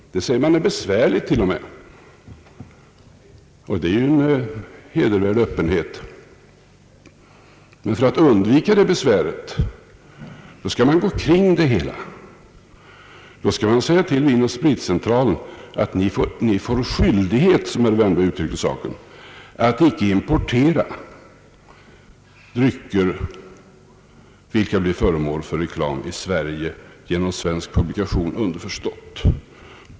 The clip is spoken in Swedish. Det anser man till och med vara besvärligt, och det är ju en hedervärd öppenhet. Men för att undvika det besväret skall man i stället gå kring det hela och säga till AB Vinoch spritcentralen att ni får skyldighet — som herr Wärnberg uttryckte saken — att icke importera drycker vilka blir föremål för reklam i Sverige — genom svensk publikation, underförstått.